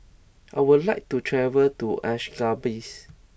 I would like to travel to Ashgabat